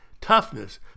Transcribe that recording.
toughness